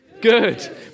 Good